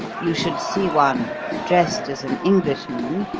you should see one dressed as an englishman,